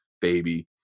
baby